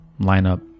lineup